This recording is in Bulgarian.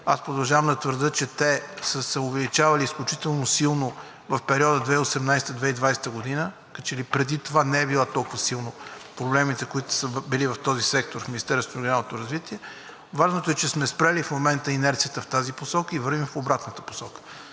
продължавам да твърдя, че те са се увеличавали, изключително силно в периода 2018 – 2020 г., като че ли преди това не са били толкова силни проблемите, които са били в този сектор в Министерството на регионалното развитие. Важното е, че сме спрели в момента инерцията в тази посока и вървим в обратната посока.